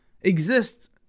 exist